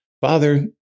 Father